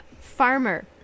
Farmer